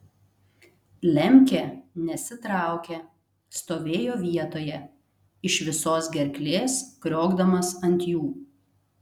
lemkė nesitraukė stovėjo vietoje iš visos gerklės kriokdamas ant jų